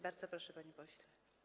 Bardzo proszę, panie pośle.